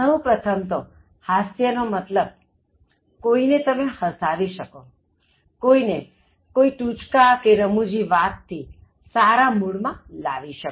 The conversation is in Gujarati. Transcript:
સહુ પ્રથમ તોહાસ્ય નો મતલબ કોઇને તમે હસાવી શકો કોઇને કોઇ ટૂચકા કે રમૂજી વાત થી સારા મૂડ માં લાવી શકો